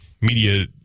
media